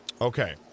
Okay